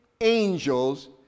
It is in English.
angels